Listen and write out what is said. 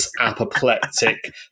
apoplectic